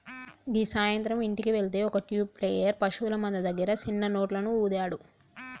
గీ సాయంత్రం ఇంటికి వెళ్తే ఒక ట్యూబ్ ప్లేయర్ పశువుల మంద దగ్గర సిన్న నోట్లను ఊదాడు